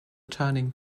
turning